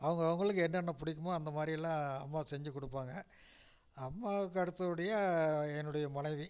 அவங்க அவங்களுக்கு என்னென்ன பிடிக்குமோ அந்த மாதிரியெல்லாம் அம்மா செஞ்சு கொடுப்பாங்க அம்மாவுக்கு அடுத்தபடியாக என்னுடைய மனைவி